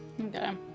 Okay